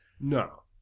No